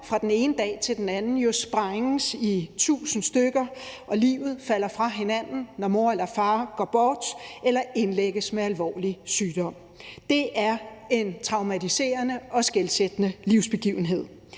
fra den ene dag til den anden sprænges i tusind stykker og livet falder fra hinanden, når mor eller far går bort eller indlægges med alvorlig sygdom. Det er en traumatiserende og skelsættende livsbegivenhed.